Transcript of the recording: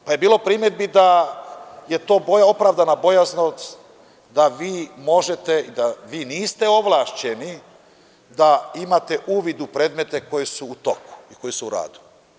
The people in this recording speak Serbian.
Onda je bilo primedbi da je to opravdana bojaznost da vi možete, da vi niste ovlašćeni da imate uvid u predmete koji su u toku, koji su u radu.